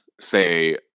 say